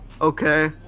okay